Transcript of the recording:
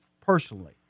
personally